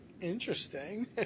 interesting